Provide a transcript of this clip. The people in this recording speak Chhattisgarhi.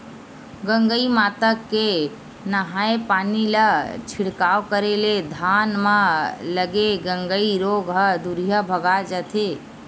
गंगई माता के नंहाय पानी ला छिड़काव करे ले धान म लगे गंगई रोग ह दूरिहा भगा जथे